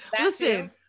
Listen